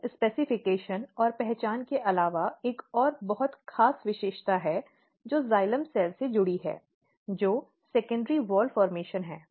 इन विनिर्देश और पहचान के अलावा एक और बहुत खास विशेषता है जो जाइलम कोशिकाओं से जुड़ी है जो सेकेंडरी वॉल निर्माण है